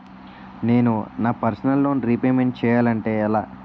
నేను నా personal loan repayment చేయాలంటే ఎలా?